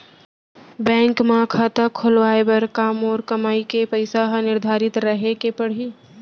Bank म खाता खुलवाये बर का मोर कमाई के पइसा ह निर्धारित रहे के पड़ही?